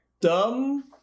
Dumb